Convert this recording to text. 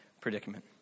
predicament